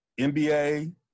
NBA